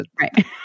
Right